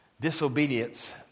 disobedience